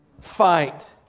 Fight